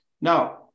Now